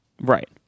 right